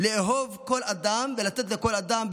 לאהוב כל אדם ולתת לכל אדם,